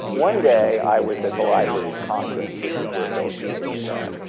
one day i was at the library of congress, which is where philip's papers are,